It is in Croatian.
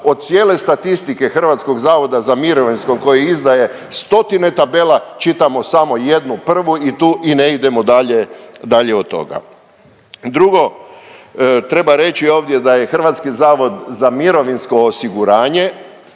od cijene statističke Hrvatskog zavoda za mirovinsko koje izdaje stotine tabela, čitamo samo jednu prvu i tu, i ne idemo dalje, dalje od toga. Drugo, treba reći ovdje da je HZMO tehnička ispostava